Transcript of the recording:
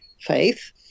faith